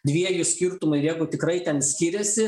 dviejų skirtumai ir jeigu tikrai ten skiriasi